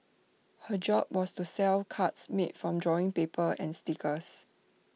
her job was to sell cards made from drawing paper and stickers